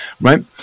right